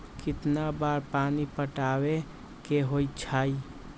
कितना बार पानी पटावे के होई छाई?